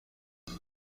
بعضی